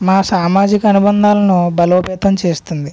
మా సామాజిక అనుబంధాలను బలోపేతం చేస్తుంది